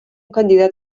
candidat